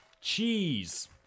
cheese